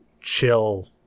chill